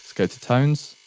go to tones.